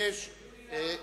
חשבתי לעלות עכשיו.